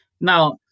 Now